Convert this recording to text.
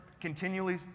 continually